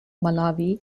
malawi